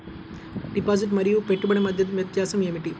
Deposit మరియు పెట్టుబడి మధ్య వ్యత్యాసం ఏమిటీ?